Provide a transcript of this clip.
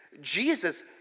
Jesus